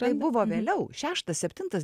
tai buvo vėliau šeštas septintas